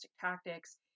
tactics